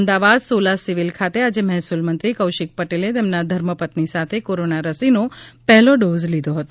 Ahmedabad Sola civil ખાતે આજે મહેસુલ મંત્રી કૌશિક પટેલે તેમના ધર્મપત્ની સાથે કોરોના રસીનો પહેલો ડોઝ લીધો હતો